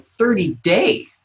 30-day